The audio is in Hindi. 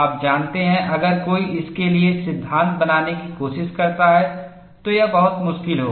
आप जानते हैं अगर कोई इसके लिए सिद्धांत बनाने की कोशिश करता है तो यह बहुत मुश्किल होगा